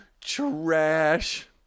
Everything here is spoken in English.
trash